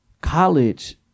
College